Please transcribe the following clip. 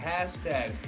Hashtag